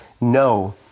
No